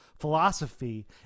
philosophy